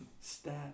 stat